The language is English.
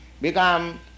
become